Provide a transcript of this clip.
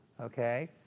okay